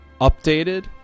updated